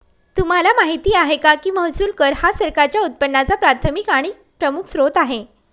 तुम्हाला माहिती आहे का की महसूल कर हा सरकारच्या उत्पन्नाचा प्राथमिक आणि प्रमुख स्त्रोत आहे